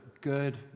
good